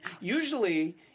usually